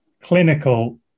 clinical